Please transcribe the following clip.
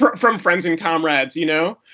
from from friends and comrades. you know?